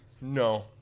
No